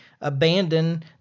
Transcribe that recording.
abandon